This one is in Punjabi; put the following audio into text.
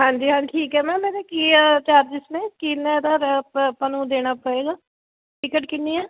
ਹਾਂਜੀ ਹਾਂਜੀ ਠੀਕ ਹੈ ਮੈਮ ਇਹਦੇ ਕੀ ਆ ਚਾਰਜਿਸ ਨੇ ਕਿੰਨੇ ਦਾ ਆਪਾਂ ਨੂੰ ਉਹ ਦੇਣਾ ਪਏਗਾ ਟਿਕਟ ਕਿੰਨੀ ਹੈ